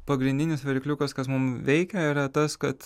pagrindinis varikliukas kas mum veikia yra tas kad